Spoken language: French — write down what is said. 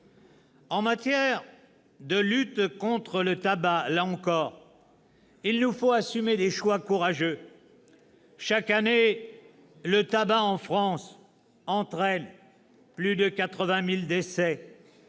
En matière de lutte contre le tabac, là encore, il nous faut assumer des choix courageux. Chaque année, le tabac en France entraîne plus de 80 000 décès.